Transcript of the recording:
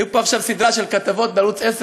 הייתה פה עכשיו סדרה של כתבות בערוץ 10,